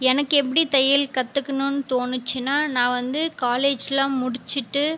எனக்கு எப்படி தையல் கற்றுக்கணுனு தோணுச்சுன்னால் நான் வந்து காலேஜெலாம் முடித்துட்டு